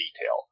detail